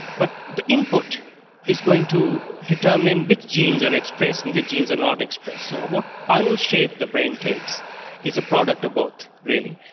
but the input is going to determine which genes are expressed and which but genes are not expressed. so what final shape the brain takes is a product of both, really.